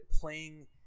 playing